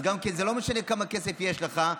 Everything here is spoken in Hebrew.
לא משנה כמה כסף יש לך,